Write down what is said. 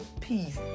peace